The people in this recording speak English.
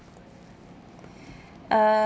uh